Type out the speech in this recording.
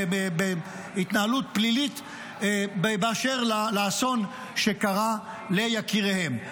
התנהלות פלילית באשר לאסון שקרה ליקיריהן.